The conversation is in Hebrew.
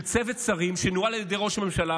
של צוות שרים שנוהל על ידי ראש הממשלה,